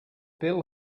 bill